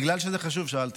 בגלל שזה חשוב, שאלתי.